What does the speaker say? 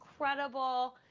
incredible